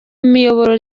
imiyoboro